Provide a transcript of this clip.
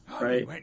right